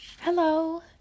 Hello